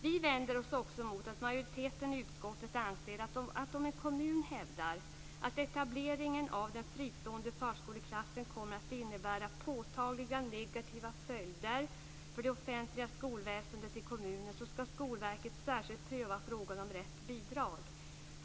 Vi vänder oss också mot att majoriteten i utskottet anser att om en kommun hävdar att etableringen av den fristående förskoleklassen kommer att innebära påtagligt negativa följder för det offentliga skolväsendet i kommunen så skall Skolverket särskilt pröva frågan om rätt till bidrag.